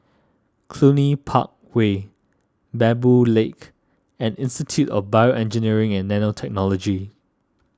Cluny Park Way Baboo Lake and Institute of BioEngineering and Nanotechnology